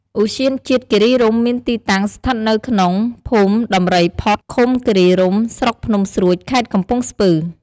ឧទ្យានជាតិគិរីរម្យមានទីតាំងស្ថិតនៅក្នុង ភូមិដំរីផុត ឃំុគិរីរម្យ ស្រុកភ្នំស្រួច ខេត្តកំពង់ស្ពឺ។